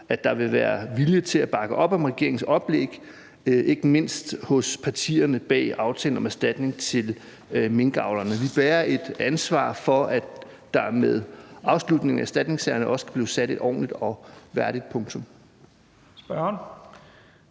at der vil være vilje til at bakke op om regeringens oplæg, ikke mindst hos partierne bag aftalen om erstatning til minkavlerne. Vi bærer et ansvar for, at der med afslutningen af erstatningssagerne også kan blive sat et ordentligt og værdigt punktum. Kl.